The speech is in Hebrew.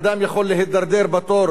אדם יכול להידרדר בתור,